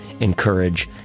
encourage